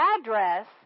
address